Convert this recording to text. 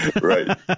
right